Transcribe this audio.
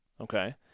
okay